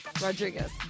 Rodriguez